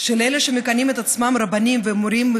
של אלה שמכנים את עצמם רבנים ומורים,